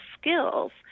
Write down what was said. skills